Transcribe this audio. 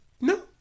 No